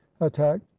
attacked